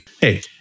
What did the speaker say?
Hey